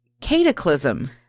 Cataclysm